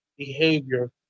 Behavior